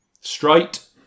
Straight